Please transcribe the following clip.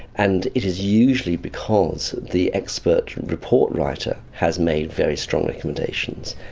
and it is usually because the expert report writer has made very strong recommendations.